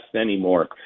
anymore